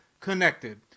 connected